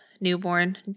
newborn